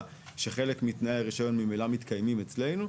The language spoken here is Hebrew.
שחלק מתנאי הרישיון ממילא מתקיימים אצלנו,